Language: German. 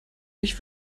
ich